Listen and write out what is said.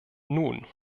nun